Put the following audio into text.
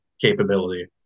capability